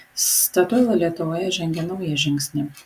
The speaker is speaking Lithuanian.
statoil lietuvoje žengia naują žingsnį